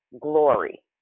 glory